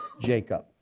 Jacob